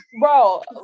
Bro